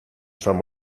from